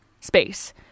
space